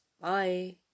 bye